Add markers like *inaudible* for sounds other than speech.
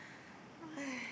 *breath*